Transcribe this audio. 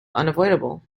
unavoidable